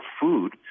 food